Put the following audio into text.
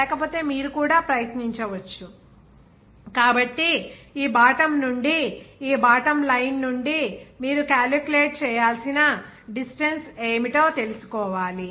లేకపోతే మీరు కూడా ప్రయత్నించవచ్చు కాబట్టి ఈ బాటమ్ నుండి ఈ బాటమ్ లైన్ నుండి మీరు క్యాలిక్యులేట్ చేయాల్సిన డిస్టెన్స్ ఏమిటో తెలుసుకోవాలి